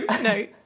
no